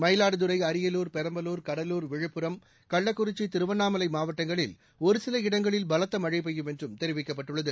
மயிலாடுதுரை அரியலூர் பெரம்பலூர் கடலூர் விழுப்புரம் கள்ளக்குறிச்சி திருவண்ணாமலை மாவட்டங்களில் ஒருசில இடங்களில் பலத்த மழை பெய்யும் என்றும் தெரிவிக்கப்பட்டுள்ளது